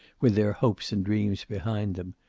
with their hopes and dreams behind them.